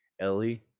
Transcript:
Ellie